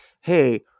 hey